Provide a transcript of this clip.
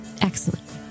Excellent